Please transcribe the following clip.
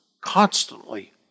constantly